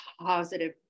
positive